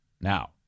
Now